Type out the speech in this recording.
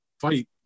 fight